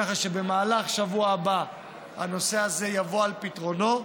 ככה שבמהלך השבוע הבא הנושא הזה יבוא על פתרונו,